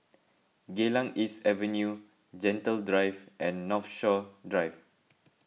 Geylang East Avenue Gentle Drive and Northshore Drive